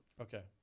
Okay